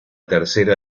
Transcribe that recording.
tercera